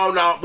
no